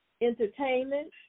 entertainment